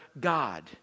God